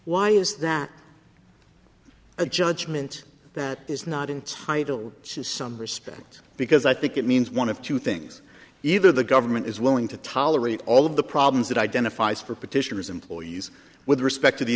why is that a judgment that is not entitle some respect because i think it means one of two things either the government is willing to tolerate all of the problems that identifies for petitioners employees with respect to the